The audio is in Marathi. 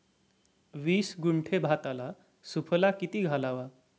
वीस गुंठे भाताला सुफला किती घालावा?